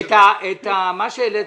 את מה שהעלית,